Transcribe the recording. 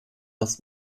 das